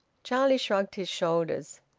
charlie shrugged his shoulders.